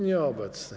Nieobecny.